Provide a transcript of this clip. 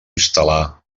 instal·lar